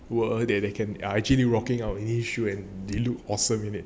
were they can actually working on these shoe and they look awesome in it